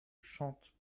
chante